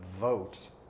vote